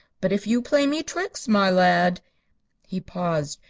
but if you play me tricks, my lad he paused,